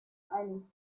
einem